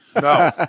No